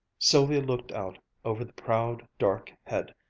sylvia looked out over the proud, dark head,